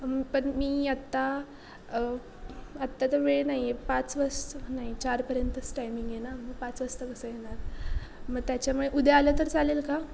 पण मी आत्ता आत्ता तर वेळ नाही आहे पाच वाजता नाही चारपर्यंतच टायमिंग आहे ना मग पाच वाजता कसं येणार मग त्याच्यामुळे उद्या आलं तर चालेल का